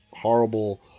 horrible